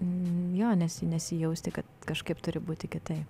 jo nesi nesijausti kad kažkaip turi būti kitaip